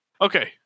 Okay